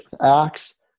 Acts